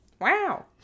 Wow